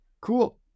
cool